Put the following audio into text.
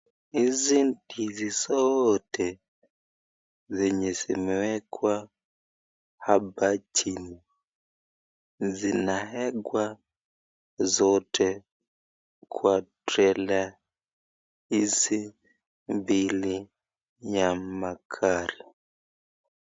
Hizi ndizi zote zenye zimewekwa hapa chini zinawekwa zote Kwa trela hizi mbili ya magari.